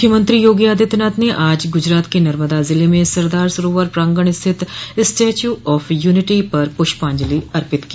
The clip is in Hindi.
मुख्यमंत्री योगी आदित्यनाथ ने आज गुजरात के नर्मदा जिले में सरदार सरोवर प्रांगण स्थित स्टैच्यू ऑफ यूनिटी पर पुष्पाजंलि अर्पित की